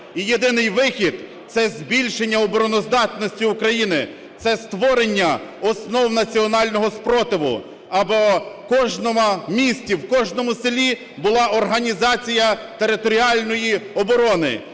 І єдиний вихід – це збільшення обороноздатності України. Це створення основ національного спротиву, аби в кожному місті, в кожному селі була організація територіальної оборони.